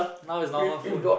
now is normal phone